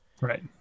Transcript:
Right